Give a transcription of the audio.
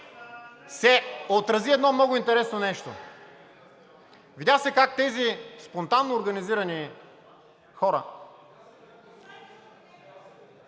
се отрази едно много интересно нещо. Видя се как тези спонтанно организирани хора